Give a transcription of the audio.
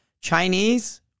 chinese